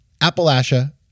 Appalachia